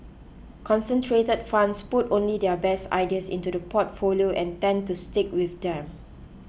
concentrated funds put only their best ideas into the portfolio and tend to stick with them